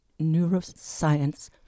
neuroscience